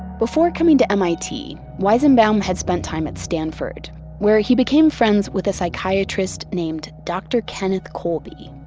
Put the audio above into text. before coming to mit, weizenbaum had spent time at stanford where he became friends with a psychiatrist named dr. kenneth colby.